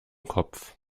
kopf